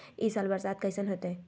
ई साल बरसात कैसन होतय?